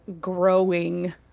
growing